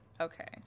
Okay